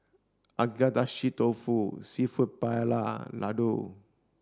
Agedashi Dofu Seafood Paella Ladoo